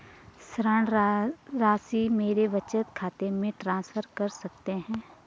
ऋण राशि मेरे बचत खाते में ट्रांसफर कर सकते हैं?